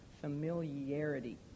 familiarity